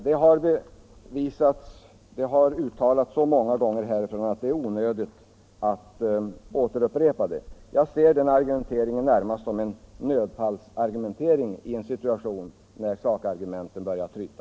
Att vi gör det har uttalats så många gånger att det är onödigt att jag upprepar det. Jag ser socialdemokraternas argumentering närmast som en nödfallsargumentering i en situation där sakargumenten börjar tryta.